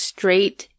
Straight